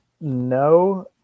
no